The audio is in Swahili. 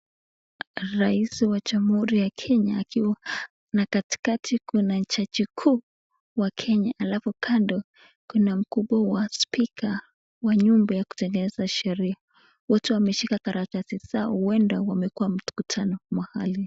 Rais wa Jamhuri ya Kenya akiwa na katikati kuna jaji mkuu wa Kenya alafu kando kuna mkubwa wa cs speaker cs wa nyumba ya kutengeneza sheria. Wote wameshika karatasi zao huenda wamekuwa mkutano mahali.